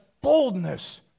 boldness